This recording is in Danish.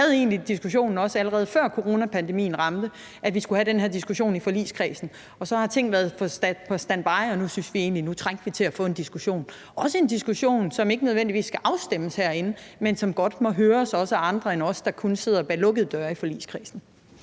egentlig diskussionen, allerede før coronapandemien ramte, og vi skulle diskutere det i forligskredsen, og så har ting været sat på standby, og nu syntes vi egentlig, at vi trængte til at få en diskussion, også en diskussion, som ikke nødvendigvis skal føre til en afstemning herinde, men som godt må høres, også af andre end os, der kun sidder bag lukkede døre i forligskredsen.